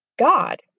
God